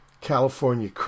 California